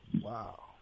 Wow